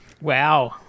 Wow